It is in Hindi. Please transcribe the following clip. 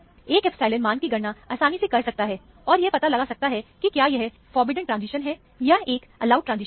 एक एप्सिलॉन मान की गणना आसानी से कर सकता है और यह पता लगा सकता है कि क्या यह फोरबिडेन ट्रांजिशन है या एक अलाउड ट्रांजिशन है